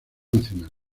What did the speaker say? nacional